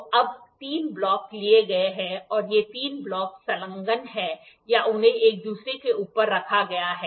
तो अब 3 ब्लॉक लिए गए हैं और ये 3 ब्लॉक संलग्न हैं या उन्हें एक दूसरे के ऊपर रखा गया है